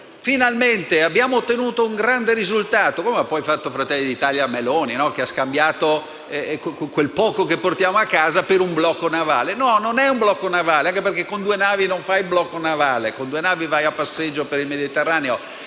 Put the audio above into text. dire: «Finalmente abbiamo ottenuto un grande risultato», proprio come hanno fatto Fratelli d'Italia e la Meloni, che hanno scambiato quel poco che portiamo a casa per un blocco navale. No non è un blocco, anche perché con due navi non fai un blocco navale: con due navi vai a passeggio per il Mediterraneo.